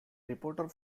reporter